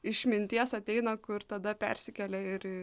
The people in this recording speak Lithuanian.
išminties ateina kur tada persikelia ir į